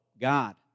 God